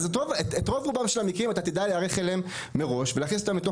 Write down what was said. אז לרוב רובם של המקרים אתה תדע להיערך מראש ולהכניס אותם לתוך